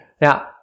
Now